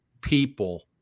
people